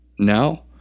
now